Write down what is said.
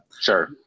sure